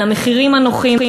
על המחירים הנוחים,